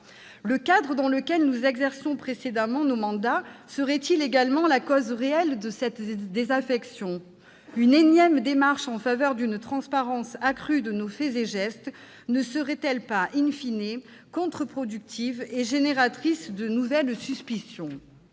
Le cadre dans lequel nous exercions précédemment nos mandats serait-il la cause réelle de cette désaffection ? Une énième démarche en faveur d'une plus grande transparence de nos faits et gestes ne serait-elle pas,, contre-productive et source de nouvelles suspicions ?